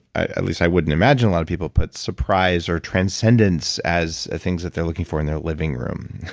at least i wouldn't imagine a lot of people put surprise or transcendence as a things that they're looking for in their living room?